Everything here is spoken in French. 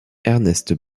ernest